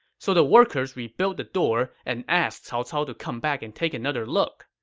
so the workers rebuilt the door and asked cao cao to come back and take another look.